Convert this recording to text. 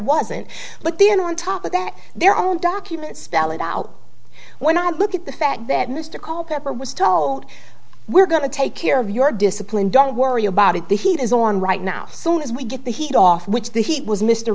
wasn't but then on top of that their own documents spell it out when i look at the fact that mr culpepper was told we're going to take care of your discipline don't worry about it the heat is on right now soon as we get the heat off which the heat was mr